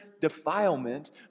defilement